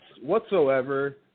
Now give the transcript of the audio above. whatsoever